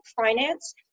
finance